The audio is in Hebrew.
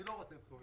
אני לא רוצה בחירות.